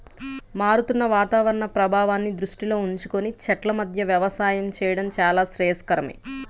మారుతున్న వాతావరణ ప్రభావాన్ని దృష్టిలో ఉంచుకొని చెట్ల మధ్య వ్యవసాయం చేయడం చాలా శ్రేయస్కరమే